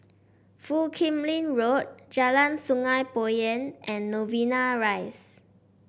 Foo Kim Lin Road Jalan Sungei Poyan and Novena Rise